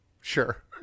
Sure